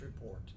report